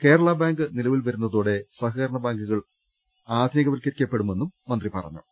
കേരളാബാങ്ക് നിലവിൽ വരുന്ന തോടെ സഹകരണ ബാങ്കുകൾ ആധുനികവത്ക്കരിക്കപ്പെടുമെന്നും മന്ത്രി പറഞ്ഞു